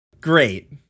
Great